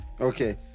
Okay